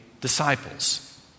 disciples